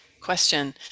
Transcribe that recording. question